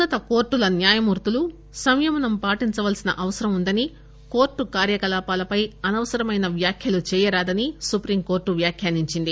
ఉన్నత కోర్టుల న్యాయమూర్తులు సంయమనం పాటించాల్సిన అవసరం ఉందని కోర్టు కార్యకలాపాలపై అనవసర వ్యాఖ్యలు చేయరాదని సుప్రీంకోర్టు వ్యాఖ్యానించింది